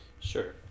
sure